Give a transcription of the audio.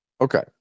Okay